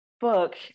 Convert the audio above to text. book